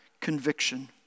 conviction